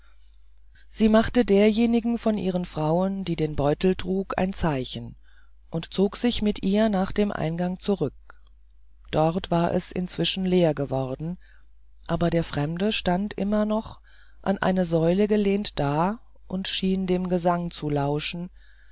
sie machte derjenigen von ihren frauen die den beutel trug ein zeichen und zog sich mit ihr nach dem eingang zurück dort war es indessen leer geworden aber der fremde stand immer noch an eine säule gelehnt da und schien dem gesang zu lauschen